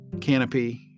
canopy